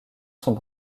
sont